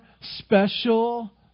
special